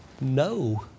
no